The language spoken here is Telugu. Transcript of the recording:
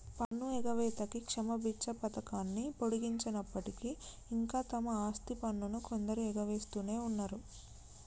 పన్ను ఎగవేతకి క్షమబిచ్చ పథకాన్ని పొడిగించినప్పటికీ ఇంకా తమ ఆస్తి పన్నును కొందరు ఎగవేస్తునే ఉన్నరు